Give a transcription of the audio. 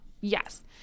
yes